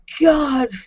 God